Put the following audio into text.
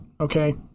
okay